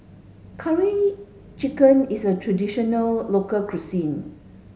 curry chicken is a traditional local cuisine